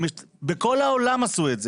בכל העולם עשו את זה.